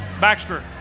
Baxter